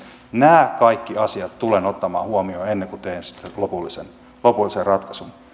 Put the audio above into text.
nämä kaikki asiat tulen ottamaan huomioon ennen kuin teen sitten lopullisen ratkaisun